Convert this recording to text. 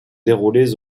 déroulés